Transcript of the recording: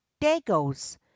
dagos